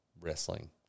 wrestling